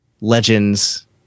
legends